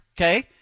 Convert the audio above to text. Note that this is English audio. Okay